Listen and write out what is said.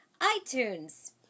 iTunes